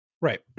Right